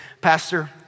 Pastor